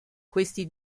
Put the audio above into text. questi